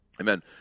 Amen